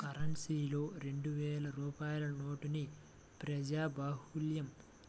కరెన్సీలో రెండు వేల రూపాయల నోటుని ప్రజాబాహుల్యం